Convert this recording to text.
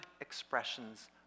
expressions